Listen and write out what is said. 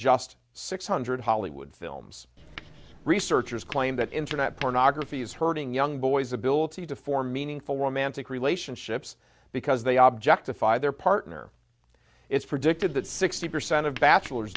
just six hundred hollywood films researchers claim that internet pornography is hurting young boys ability to form meaningful romantic relationships because they object to find their partner it's predicted that sixty percent of bachelor's